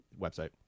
website